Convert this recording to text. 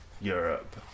Europe